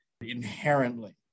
inherently